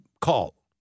call